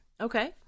Okay